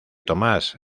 tomás